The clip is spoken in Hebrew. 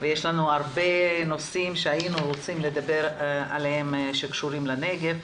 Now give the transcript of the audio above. ויש לנו הרבה נושאים שהיינו רוצים לדבר עליהם שקשורים לנגב.